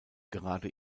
gerade